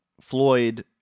Floyd